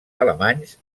alemanys